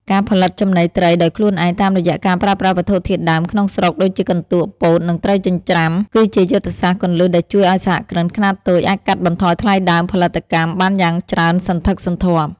ការផលិតចំណីត្រីដោយខ្លួនឯងតាមរយៈការប្រើប្រាស់វត្ថុធាតុដើមក្នុងស្រុកដូចជាកន្ទក់ ពោត និងត្រីចិញ្ច្រាំ គឺជាយុទ្ធសាស្ត្រគន្លឹះដែលជួយឱ្យសហគ្រិនខ្នាតតូចអាចកាត់បន្ថយថ្លៃដើមផលិតកម្មបានយ៉ាងច្រើនសន្ធឹកសន្ធាប់។